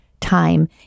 time